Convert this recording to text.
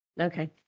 Okay